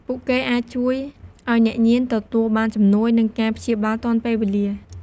ពួកគេអាចជួយឱ្យអ្នកញៀនទទួលបានជំនួយ និងការព្យាបាលទាន់ពេលវេលា។